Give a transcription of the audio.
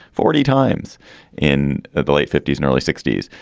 forty times in the late fifty s and early sixty s.